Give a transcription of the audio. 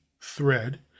Thread